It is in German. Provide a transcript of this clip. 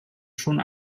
schon